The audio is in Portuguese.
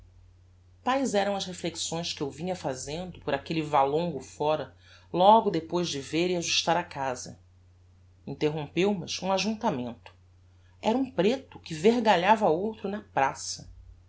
taes eram as reflexões que eu vinha fazendo por aquelle valongo fóra logo depois de ver e ajustar a casa interrompeu mas um ajuntamento era um preto que vergalhava outro na praça